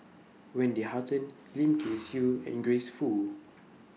Wendy Hutton Lim Kay Siu and Grace Fu